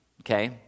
Okay